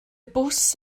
bws